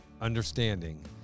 understanding